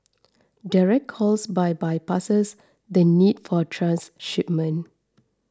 direct calls bypasses the need for transshipment